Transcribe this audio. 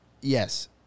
yes